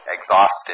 exhausted